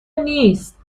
نیست